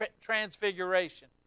Transfiguration